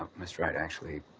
ah mr. wright, actually,